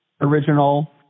original